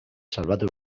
salbatu